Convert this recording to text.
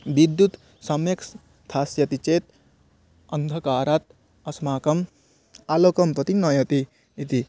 विद्युत् सम्यक् स्थास्यति चेत् अन्धःकारात् अस्माकम् आलोकं प्रति नयति इति